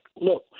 Look